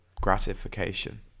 gratification